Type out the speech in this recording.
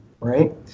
right